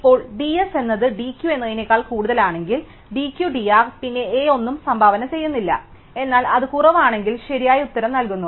ഇപ്പോൾ d S എന്നത് d Q എന്നതിനേക്കാൾ കൂടുതലാണെങ്കിൽ d Q d R പിന്നെ s ഒന്നും സംഭാവന ചെയ്യുന്നില്ല എന്നാൽ അത് കുറവാണെങ്കിൽ ശരിയായ ഉത്തരമായി നൽകുന്നു